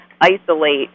isolate